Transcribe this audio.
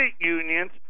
unions